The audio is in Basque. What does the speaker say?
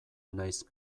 nahiz